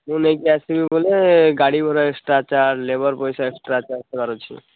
ମୁଁ ନେଇକି ଆସିବି ବୋଲେ ଗାଡି଼ ଭଡ଼ା ଏକ୍ସଟ୍ରା ଚାର୍ଜ ଲେବର୍ ପଇସା ଏକ୍ସଟ୍ରା ଚାର୍ଜ ଦେବାର ଅଛି